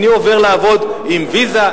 אני עובר לעבוד עם "ויזה",